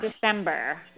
December